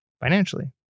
Financially